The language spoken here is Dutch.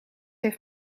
heeft